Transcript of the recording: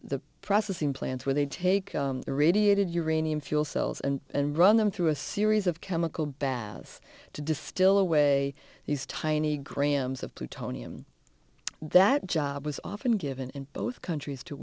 the processing plants where they take the radiated uranium fuel cells and run them through a series of chemical bath to distill away these tiny grams of plutonium that job was often given in both countries to